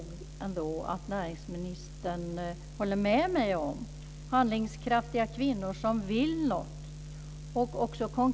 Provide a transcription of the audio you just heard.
Tack!